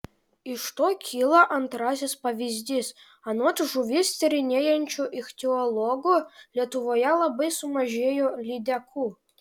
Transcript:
iš to kyla antrasis pavyzdys anot žuvis tyrinėjančių ichtiologų lietuvoje labai sumažėjo lydekų